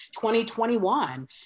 2021